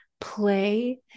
play